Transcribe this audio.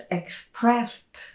expressed